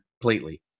completely